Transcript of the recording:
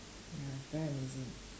ya very amazing